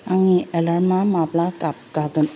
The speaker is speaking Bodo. आंनि एलार्मा माब्ला गाबगागोन